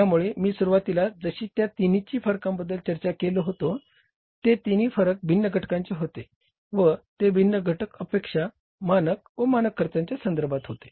त्यामुळे मी सुरुवातीला जशी त्या तिन्हीच्या फरकाबद्दल चर्चा केली होती की ते तिन्ही फरक भिन्न घटकांचे होते व ते भिन्न घटक अपेक्षा मानक व मानक खर्चांच्या संधर्भात होते